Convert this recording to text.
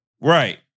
Right